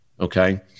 Okay